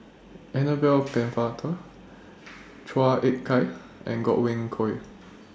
Annabel Pennefather Chua Ek Kay and Godwin Koay